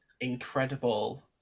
incredible